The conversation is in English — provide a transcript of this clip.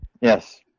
Yes